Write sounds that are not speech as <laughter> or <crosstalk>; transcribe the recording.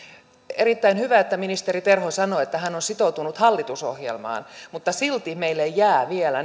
erittäin hyvä että ministeri terho sanoo että hän on sitoutunut hallitusohjelmaan mutta silti meille jäävät vielä <unintelligible>